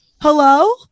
Hello